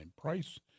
price